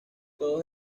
todos